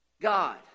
God